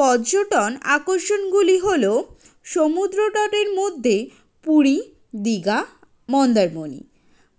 পর্যটন আকর্ষণগুলি হলো সমুদ্রতটের মধ্যেই পুরী দীঘা মন্দারমনি